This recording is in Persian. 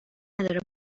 نداره